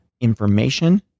information